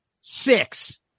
six